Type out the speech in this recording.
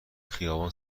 خیابان